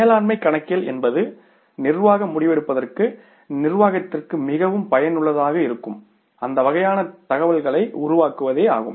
மேலாண்மை கணக்கியல் என்பது நிர்வாக முடிவெடுப்பதற்கு நிர்வாகத்திற்கு மிகவும் பயனுள்ளதாக இருக்கும் அந்த வகையான தகவல்களை உருவாக்குவதாகும்